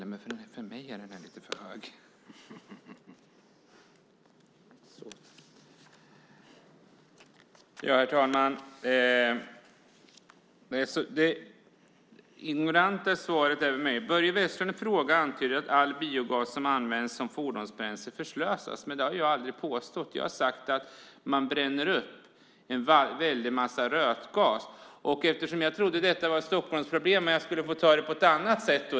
Herr talman! Svaret till mig är ignorant: "Börje Vestlunds fråga antyder att all biogas som inte används som fordonsbränsle förslösas." Men det har jag aldrig påstått. Jag har sagt att man bränner upp en väldig massa rötgas. Jag trodde att detta var ett Stockholmsproblem och att jag skulle få ta upp frågan på ett annat sätt.